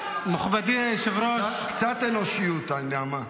קצת אנושיות, נעמה.